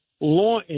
law